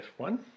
F1